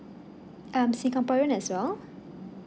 I'm singaporean as well